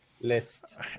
list